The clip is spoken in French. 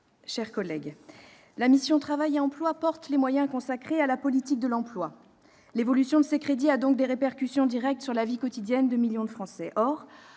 chers collègues, la mission « Travail et emploi » regroupe les moyens consacrés à la politique de l'emploi. L'évolution de ses crédits a donc des répercussions directes sur la vie quotidienne de millions de Français.